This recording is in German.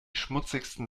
schmutzigsten